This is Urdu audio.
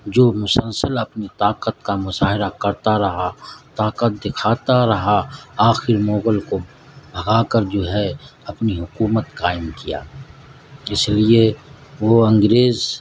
جو مسلسل اپنی طاقت کا مظاہرہ کرتا رہا طاقت دکھاتا رہا آخر مغل کو بھگا کر جو ہے اپنی حکومت قائم کیا اس لیے وہ انگریز